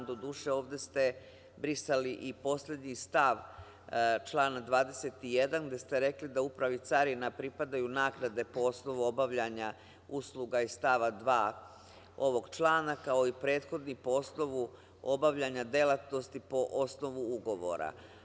Doduše, ovde ste brisali i poslednji stav člana 21. gde ste rekli da Upravi Carina pripadaju naknade po osnovu obavljanja usluga iz stava 2. ovog člana, kao i prethodni po osnovu obavljanja delatnosti po osnovu ugovora.